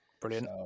Brilliant